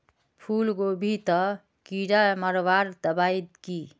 फूलगोभीत कीड़ा मारवार दबाई की?